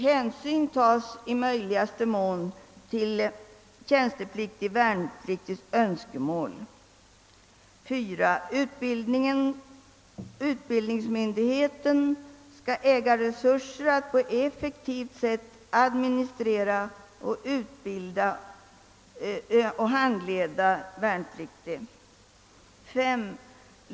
Hänsyn tas i möjligaste mån till vtp:s önskemål. 4. Utbildningsmyndigheten skall äga resurser att på effektivt sätt administrera samt utbilda och handleda vtp. 2.